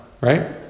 Right